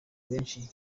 benshi